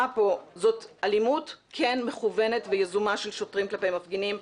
פה זו אלימות כן מכוונת ויזומה של שוטרים כלפי מפגינים,